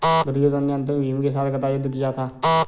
दुर्योधन ने अन्त में भीम के साथ गदा युद्ध किया था